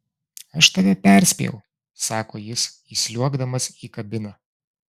aš tave perspėjau sako jis įsliuogdamas į kabiną